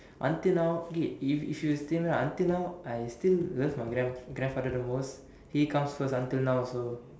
until now eh if if you still until now I still love my grand~ grandfather the most he comes first until now also